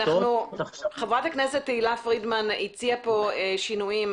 חברת הכנסת תהלה פרידמן הציעה פה שינויים